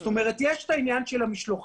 זאת אומרת יש את העניין של המשלוחים,